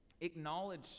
Acknowledge